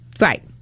Right